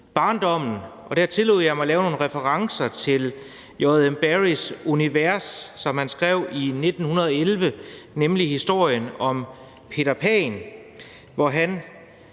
barndommen, og der tillod jeg mig at lave nogle referencer til J. M. Barries univers, som han skrev i 1911, nemlig historien om Peter Pan, som